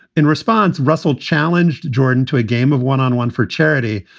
in response, russell challenged jordan to a game of one on one for charity.